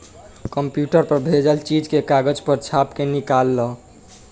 computer पर भेजल चीज के कागज पर छाप के निकाल ल